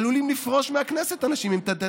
עלולים לפרוש מהכנסת אנשים אם אתה נותן